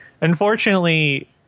Unfortunately